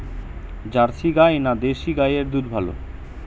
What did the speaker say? Jersey গাই না দেশী গাইয়ের দুধ ভালো?